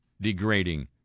degrading